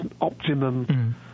optimum